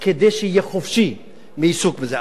כדי שיהיה חופשי מעיסוק בזה.